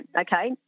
okay